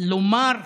לומר "שינוי"